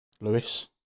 Lewis